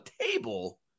table